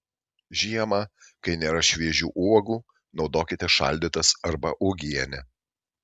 žiemą kai nėra šviežių uogų naudokite šaldytas arba uogienę